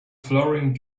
flowering